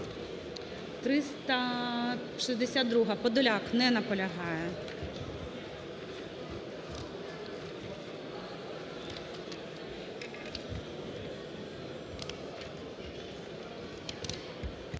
362-а, Подоляк. Не наполягає.